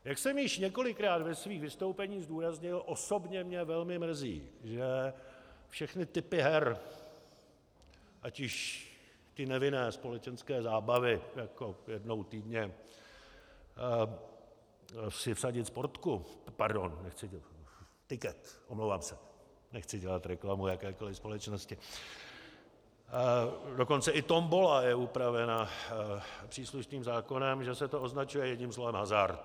Jak jsem již několikrát ve svých vystoupeních zdůraznil, osobně mě velmi mrzí, že všechny typy her, ať již ty nevinné společenské zábavy, jako jednou týdně si vsadit sportku, pardon, tiket, omlouvám se, nechci dělat reklamu jakékoli společnosti, dokonce i tombola je upravena příslušným zákonem, že se to označuje jedním slovem hazard.